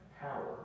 power